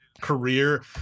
career